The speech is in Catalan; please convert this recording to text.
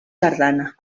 tardana